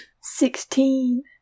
sixteen